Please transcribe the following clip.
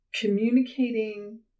Communicating